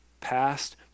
past